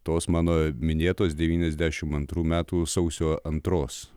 tos mano minėtos devyniasdešim antrų metų sausio antros